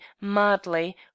madly